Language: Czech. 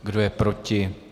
Kdo je proti?